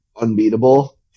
unbeatable